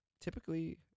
typically